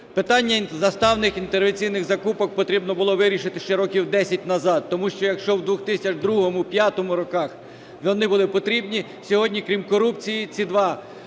Питання заставних інтервенційних закупок потрібно було вирішити ще років десять назад, тому що, якщо в 2002-2005 роках вони були потрібні, сьогодні крім корупції ці дві